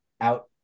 out